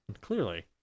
Clearly